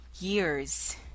years